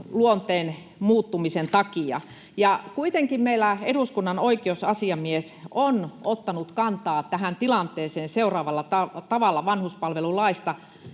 luonteen muuttumisen takia, ja kuitenkin meillä eduskunnan oikeusasiamies on ottanut kantaa tähän tilanteeseen seuraavalla tavalla puhuen vanhuspalvelulaista: